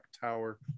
tower